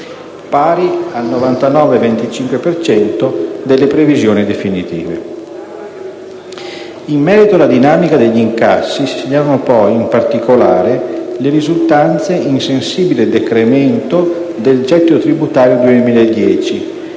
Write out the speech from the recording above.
pari al 99,25 per cento delle previsioni definitive. In merito alla dinamica degli incassi, si segnalano poi, in particolare, le risultanze in sensibile decremento del gettito tributario 2010